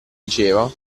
diceva